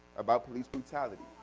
about police brutality?